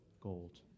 gold